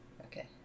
Okay